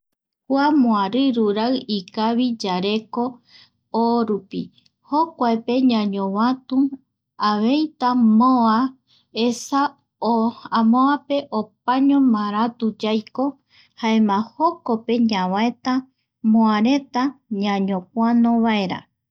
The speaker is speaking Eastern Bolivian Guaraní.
Kua moariru rai ikavi yareko orupi, jokuape ñañovatu aveita moa esa amoape opaño maratu yaiko jaema jokope ñavaeta moareta ñañopoanovaera